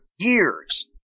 Years